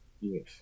yes